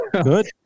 Good